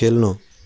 खेल्नु